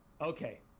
okay